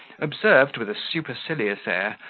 observed, with a supercilious air,